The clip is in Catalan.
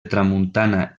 tramuntana